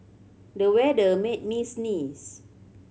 the weather made me sneeze